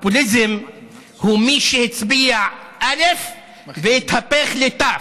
הפופוליזם הוא מי שהצביע אלף והתהפך לתיו,